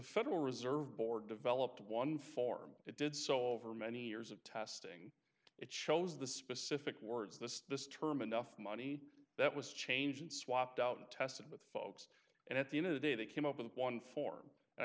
federal reserve board developed one form it did so over many years of testing it shows the specific words the term enough money that was changed swapped out and tested with folks and at the end of the day they came up with one for